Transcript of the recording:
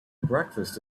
breakfast